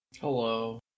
Hello